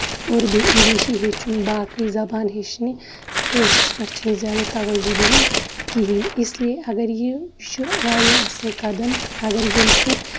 Urdu English ہیٚچھُن باقٕے زَبان ہیٚچھنہِ کٲشرِس پٮ۪ٹھ چھِ نہٕ زیادٕ تَوجوٗ دِوان کِہینۍ اس لیے اَگر یہِ چھُ واریاہ اَصٕل قدم اَگر ییٚمہِ سۭتۍ